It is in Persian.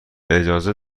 اجازه